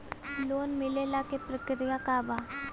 Loan मिलेला के प्रक्रिया का बा?